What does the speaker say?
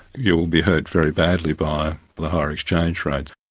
you will be hurt very badly by but higher exchange rates.